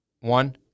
one